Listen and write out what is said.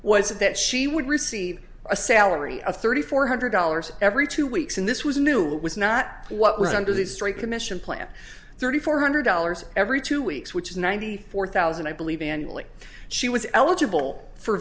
was it that she would receive a salary of thirty four hundred dollars every two weeks and this was a new what was not what was under the straight commission plan thirty four hundred dollars every two weeks which is ninety four thousand i believe annually she was eligible for